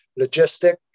logistic